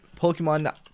Pokemon